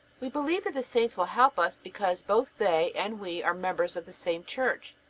we believe that the saints will help us because both they and we are members of the same church,